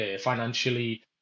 financially